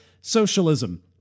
socialism